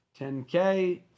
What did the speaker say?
10K